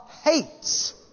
hates